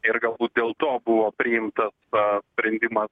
ir galbūt dėl to buvo priimtas sprendimas